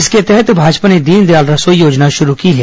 इसके तहत भाजपा ने दीनदयाल रसोई योजना शुरू की है